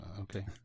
okay